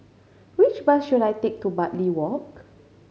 which bus should I take to Bartley Walk